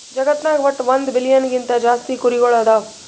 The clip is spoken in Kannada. ಜಗತ್ನಾಗ್ ವಟ್ಟ್ ಒಂದ್ ಬಿಲಿಯನ್ ಗಿಂತಾ ಜಾಸ್ತಿ ಕುರಿಗೊಳ್ ಅದಾವ್